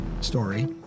story